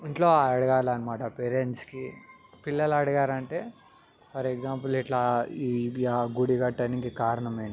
ఇంట్లో అడగాలి అనమాట పేరెంట్స్కి పిల్లలు అడిగారంటే ఫర్ ఎగ్జాంపుల్ ఇట్లా ఈ ఆ గుడి కట్టడానికి కారణం ఏంటి